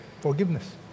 forgiveness